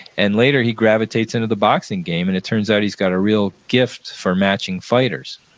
and later, he gravitates into the boxing game, and it turns out he's got a real gift for matching fighters,